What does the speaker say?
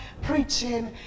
Preaching